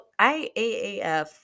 IAAF